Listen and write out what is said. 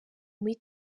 muri